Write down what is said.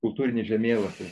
kultūrinį žemėlapį